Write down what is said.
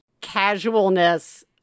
casualness